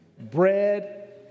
bread